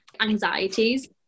anxieties